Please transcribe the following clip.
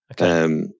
Okay